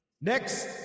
next